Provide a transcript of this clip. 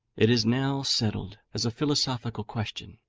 it is now settled, as a philosophical question,